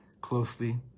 closely